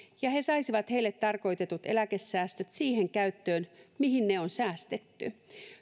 ja he saisivat heille tarkoitetut eläkesäästöt siihen käyttöön mihin ne on säästetty